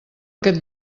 aquest